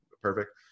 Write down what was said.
perfect